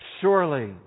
Surely